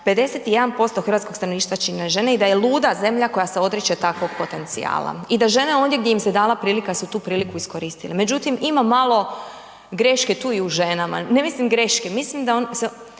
51% hrvatskog stanovništva čine žene i da je luda zemlja koja se odriče takvog potencijala i da žene ondje gdje im se dala prilika su tu priliku iskoristile. Međutim, ima malo greške tu i u ženama, ne mislim greške, mislim da se